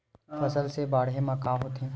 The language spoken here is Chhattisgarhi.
फसल से बाढ़े म का होथे?